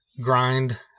Grind